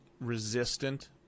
resistant